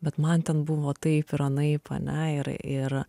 bet man ten buvo taip ir anaip ane ir ir